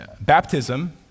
baptism